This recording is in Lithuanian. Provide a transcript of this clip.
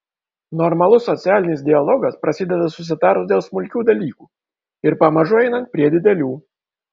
normalus socialinis dialogas prasideda susitarus dėl smulkių dalykų ir pamažu einant prie didelių